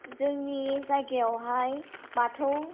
जोंनि जायगायावहाय बाथौ